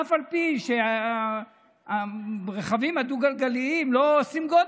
אף על פי שהרכבים הדו-גלגליים לא עושים גודש,